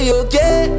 okay